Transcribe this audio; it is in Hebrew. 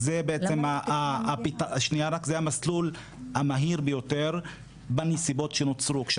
זה המסלול המהיר ביותר בנסיבות שנוצרו.